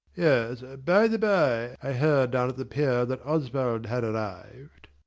yes, by-the-bye i heard down at the pier that oswald had arrived.